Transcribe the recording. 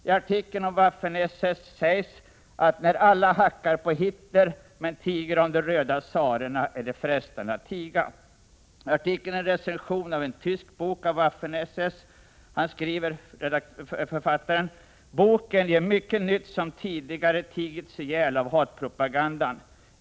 I artikeln om Waffen-SS sägs att ”när alla hackar på Hitler men tiger om de röda tsarerna är det frestande att tiga”. Artikeln är en recension av en tysk bok om Waffen-SS. Författaren skriver: ”Boken ger mycket nytt som tidigare tigits ihjäl av hatpropagandan.